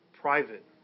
private